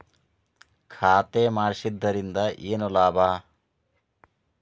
ಖಾತೆ ಮಾಡಿಸಿದ್ದರಿಂದ ಏನು ಲಾಭ?